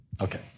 Okay